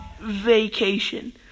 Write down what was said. vacation